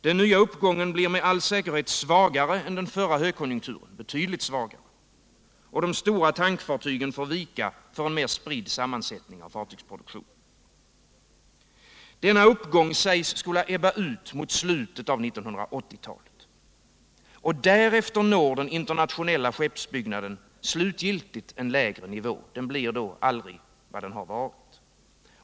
Den nya uppgången blir med all säkerhet betydligt svagare än den förra högkonjukturen, och de stora tankfartygen får vika för en mer spridd sammansättning av fartygsproduktionen. Denna uppgång sägs skola ebba ut mot slutet av 1980-talet. Därefter når den internationella skeppsbyggnaden slutgiltigt en lägre nivå. Den blir då aldrig vad den har varit.